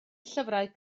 llyfrau